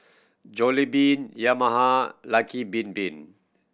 Jollibean Yamaha Lucky Bin Bin